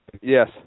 Yes